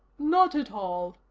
not at all,